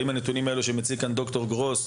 האם הנתונים האלה שהציג ד"ר גרוס,